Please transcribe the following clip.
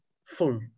full